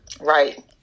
Right